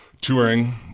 Touring